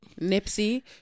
Nipsey